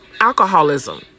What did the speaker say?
alcoholism